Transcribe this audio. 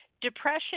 Depression